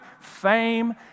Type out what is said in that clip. fame